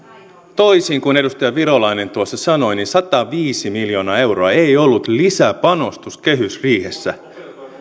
toisin kuin edustaja virolainen tuossa sanoi sataviisi miljoonaa euroa ei ollut lisäpanostus kehysriihessä